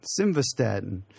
Simvastatin